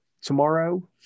tomorrow